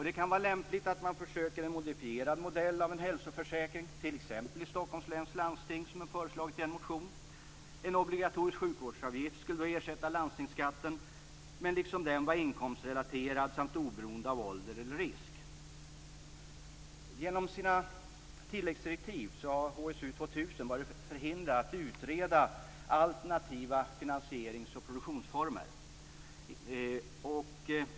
Det kan vara lämpligt att man försöker med en modifierad modell av en hälsoförsäkring, t.ex. i Stockholms läns landsting som vi har föreslagit i en motion. En obligatorisk sjukvårdsavgift skulle då ersätta landstingsskatten men liksom den vara inkomstrelaterad samt oberoende av ålder eller risk. Genom sina tilläggsdirektiv har HSU 2000 varit förhindrad att utreda alternativa finansierings och produktionsformer.